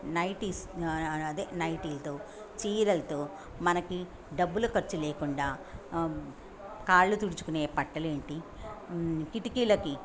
nighties అదే నైటీతో చీరల్తో మనకి డబ్బుల ఖర్చు లేకుండా కాళ్ళు తుడుచుకునే పట్టెలేంటి కిటికీలకి